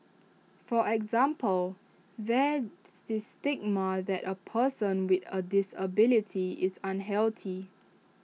for example there's this stigma that A person with A disability is unhealthy